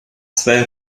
zwei